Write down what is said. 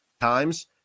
times